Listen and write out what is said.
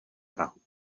prahu